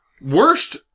worst